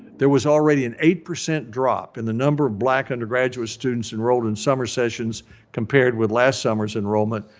there was already an eight percent drop in the number of black undergraduate students enrolled in summer sessions compared with last summer's enrollment,